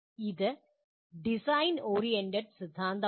ഇത് design oriented സിദ്ധാന്തമാണ്